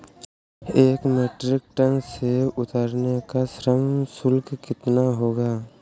एक metric ton सेव उतारने का श्रम शुल्क कितना होगा?